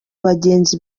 bagenzi